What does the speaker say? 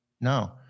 No